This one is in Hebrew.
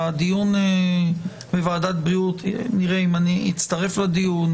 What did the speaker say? בדיון בוועדת הבריאות נראה אם אני אצטרף לדיון,